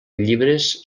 llibres